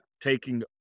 taking